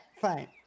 Fine